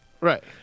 Right